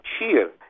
cheer